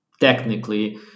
technically